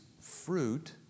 fruit